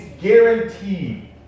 guaranteed